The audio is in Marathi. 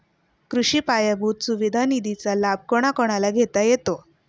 कृषी पायाभूत सुविधा निधीचा लाभ कोणाकोणाला घेता येतो?